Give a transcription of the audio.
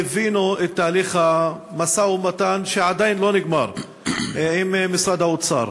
ליווינו את תהליך המשא-ומתן שעדיין לא נגמר עם משרד האוצר.